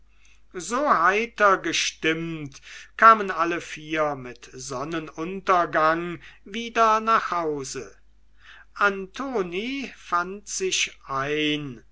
so heiter gestimmt kamen alle vier mit sonnenuntergang wieder nach hause antoni fand sich ein